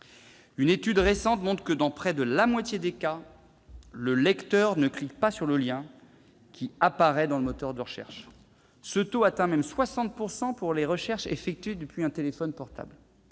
Une étude récente montre que dans près de la moitié des cas le lecteur ne clique pas sur le lien qui apparaît dans le moteur de recherche. Ce taux atteint même 60 % pour les recherches effectuées depuis un téléphone portable.